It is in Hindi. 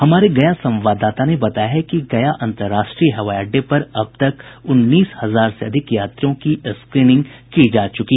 हमारे गया संवाददाता ने बताया है कि गया अंरराष्ट्रीय हवाई अड्डे पर अब तक उन्नीस हजार से अधिक यात्रियों की स्क्रीनिंग की जा चुकी है